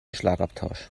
schlagabtausch